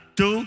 two